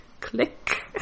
click